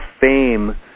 fame